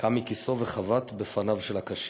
קם מכיסאו וחבט בפניו של הקשיש.